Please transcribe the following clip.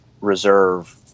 reserve